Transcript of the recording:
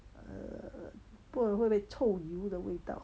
uh 不懂会不会臭油的味道